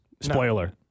Spoiler